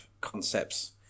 concepts